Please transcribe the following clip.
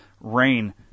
rain